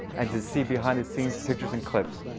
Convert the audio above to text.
and to see behind the scenes pictures and clips.